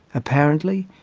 apparently,